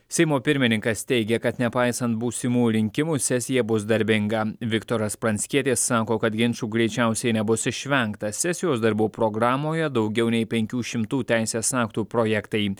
seimo pirmininkas teigė kad nepaisant būsimų rinkimų sesija bus darbinga viktoras pranckietis sako kad ginčų greičiausiai nebus išvengta sesijos darbų programoje daugiau nei penkių šimtų teisės aktų projektai